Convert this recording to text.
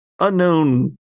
unknown